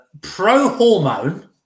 pro-hormone